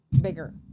bigger